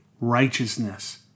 righteousness